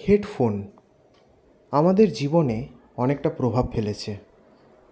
headphone আমাদের জীবনে অনেকটা প্রভাব ফেলেছে